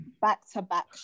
back-to-back